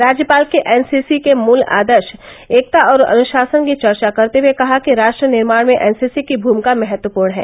राज्यपाल ने एनसीसी के मूल आदर्श एकता और अनुशासन की चर्चा करते हुये कहा कि राष्ट्र निर्माण में एनसीसी की भूमिका महत्वपूर्ण है